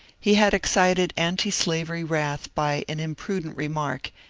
he had excited antislavery wrath by an imprudent remark,